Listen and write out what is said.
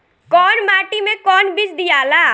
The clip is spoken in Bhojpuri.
कौन माटी मे कौन बीज दियाला?